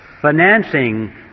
financing